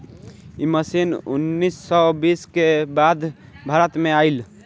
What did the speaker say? इ मशीन उन्नीस सौ बीस के बाद भारत में आईल